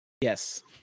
Yes